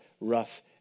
rough